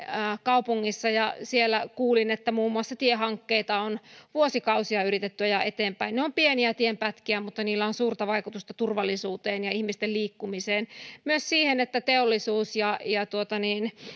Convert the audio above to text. kaupungissa ja siellä kuulin että muun muassa tiehankkeita on vuosikausia yritetty ajaa eteenpäin ne ovat pieniä tienpätkiä mutta niillä on suurta vaikutusta turvallisuuteen ja ihmisten liikkumiseen myös siihen että teollisuus ja ja